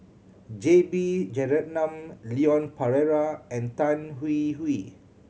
J B Jeyaretnam Leon Perera and Tan Hwee Hwee